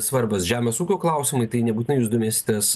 svarbūs žemės ūkio klausimai tai nebūtinai jūs domėsitės